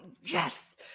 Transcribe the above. yes